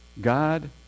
God